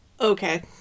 Okay